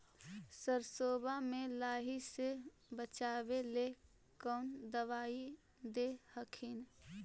सरसोबा मे लाहि से बाचबे ले कौन दबइया दे हखिन?